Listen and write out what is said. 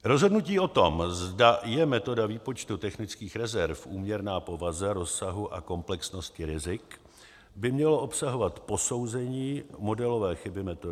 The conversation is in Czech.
Rozhodnutí o tom, zda je metoda výpočtu technických rezerv úměrná povaze, rozsahu a komplexnosti rizik, by mělo obsahovat posouzení modelové chyby metody.